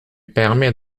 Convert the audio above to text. permet